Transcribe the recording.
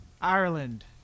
Ireland